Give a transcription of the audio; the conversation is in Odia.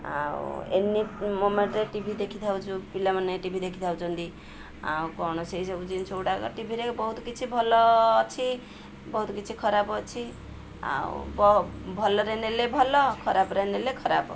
ଆଉ ଏନି ମୋମେଣ୍ଟରେ ଟି ଭି ଦେଖି ଥାଉଛୁ ପିଲାମାନେ ଟି ଭି ଦେଖି ଥାଉଛନ୍ତି ଆଉ କୌଣସି ସବୁ ଜିନିଷ ଗୁଡ଼ାକ ଟିଭିରେ ବହୁତ କିଛି ଭଲ ଅଛି ବହୁତ କିଛି ଖରାପ ଅଛି ଆଉ ଭଲରେ ନେଲେ ଭଲ ଖରାପରେ ନେଲେ ଖରାପ